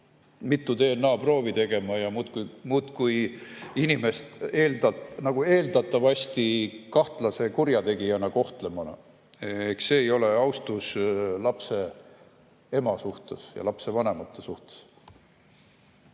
mitu DNA-proovi tegema ja muudkui inimest eeldatavasti kahtlase kurjategijana kohtlema. See ei ole austus lapse ema suhtes ega lapse vanemate suhtes.